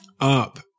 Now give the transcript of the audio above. up